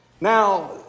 Now